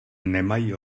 nemají